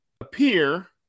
appear